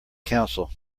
council